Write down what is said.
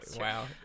Wow